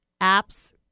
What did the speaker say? apps